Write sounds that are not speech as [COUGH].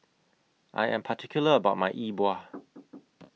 I Am particular about My E Bua [NOISE]